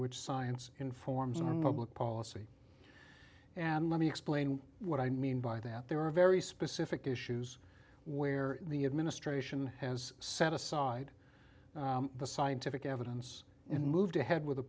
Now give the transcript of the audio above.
which science informs policy and let me explain what i mean by that there are very specific issues where the administration has set aside the scientific evidence and moved ahead with